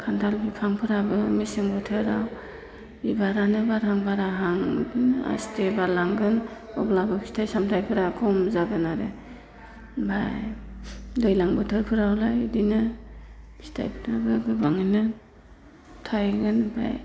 खान्थाल बिफांफोराबो मेसें बोथोराव बिबारानो बारहां बाराहां बेदिनो आस्थे बारलांगोन अब्लाबो फिथाइ सामथाइफोरा खम जागोन आरो ओमफाय दैज्लां बोथोरफोरावलाय बेदिनो फिथाइफोरखौथ' गोबाङैनो थाइगोन ओमफाय